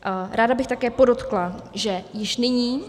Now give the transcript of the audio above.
A ráda bych také podotkla, že již nyní...